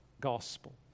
gospel